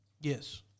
Yes